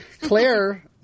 Claire